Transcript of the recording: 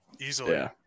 easily